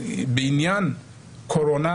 בעניין קורונה,